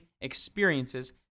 experiences